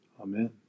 Amen